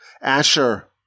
Asher